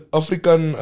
african